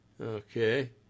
okay